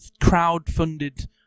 crowd-funded